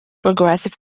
progressive